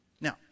Now